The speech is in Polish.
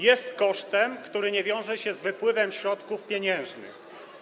Jest kosztem, który nie wiąże się z wypływem środków pieniężnych.